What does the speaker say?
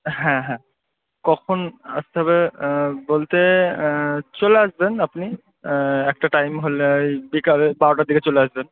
হ্যাঁ হ্যাঁ কখন আসতে হবে বলতে চলে আসবেন আপনি একটা টাইম হলে ওই বিকালে বারোটার দিকে চলে আসবেন